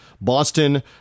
Boston